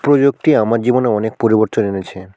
প্রযুক্তি আমার জীবনে অনেক পরিবর্তন এনেছে